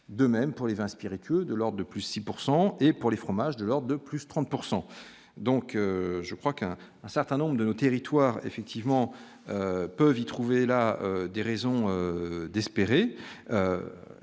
de même pour les uns, spiritueux de de plus 6 pourcent et pour les fromages de de plus 30 pourcent donc je crois qu'un certain nombre de nos territoires effectivement peuvent y trouver là des raisons d'espérer,